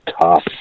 tough